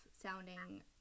sounding